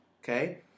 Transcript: okay